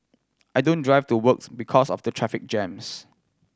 I don't drive to works because of the traffic jams